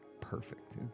perfect